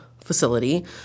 facility